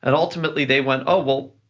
and ultimately, they went, oh, well,